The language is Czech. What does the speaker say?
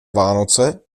vánoce